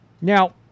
Now